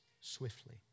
swiftly